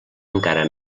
encara